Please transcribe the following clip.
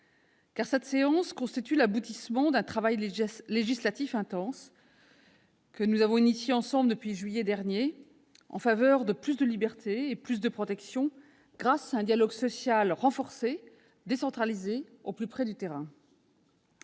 cette séance constitue l'aboutissement du travail législatif intense que nous avons entrepris ensemble depuis juillet dernier, en faveur de plus de liberté et de plus de protections grâce à un dialogue social renforcé et décentralisé au plus près du terrain.